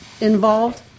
involved